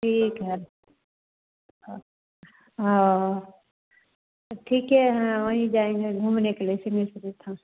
ठीक है ओ तो ठीके है वहीं जाएँगे घूमने के लिए सिंघेश्वर स्थान